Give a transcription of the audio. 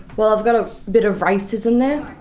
well, i've got a bit of racism there.